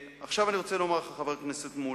אני רוצה לומר לך, חבר הכנסת מולה,